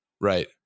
Right